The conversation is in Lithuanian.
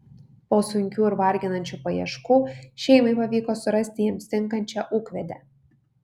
po sunkių ir varginančių paieškų šeimai pavyko surasti jiems tinkančią ūkvedę